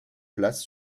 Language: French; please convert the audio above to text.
place